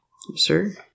sir